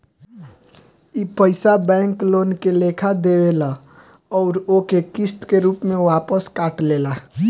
ई पइसा bank loan के लेखा देवेल अउर ओके किस्त के रूप में वापस काट लेला